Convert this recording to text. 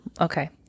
Okay